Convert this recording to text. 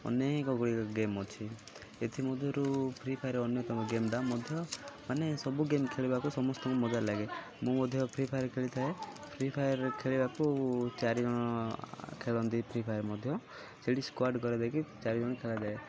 ଅନେକ ଗୁଡ଼ିକ ଗେମ୍ ଅଛି ଏଥିମଧ୍ୟରୁ ଫ୍ରି ଫାୟାର ଅନ୍ୟତମ ଗେମ୍ଟା ମଧ୍ୟ ମାନେ ସବୁ ଗେମ୍ ଖେଳିବାକୁ ସମସ୍ତଙ୍କୁ ମଜା ଲାଗେ ମୁଁ ମଧ୍ୟ ଫ୍ରି ଫାୟାର ଖେଳିଥାଏ ଫ୍ରି ଫାୟାର ଖେଳିବାକୁ ଚାରିଜଣ ଖେଳନ୍ତି ଫ୍ରି ଫାୟାର ମଧ୍ୟ ସେଠି ସ୍କ୍ଵାଡ଼ କରି ଦେଇକି ଚାରିଜଣ ଖେଳାଯାଏ